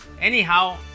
anyhow